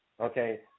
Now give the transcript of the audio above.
okay